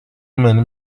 many